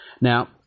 Now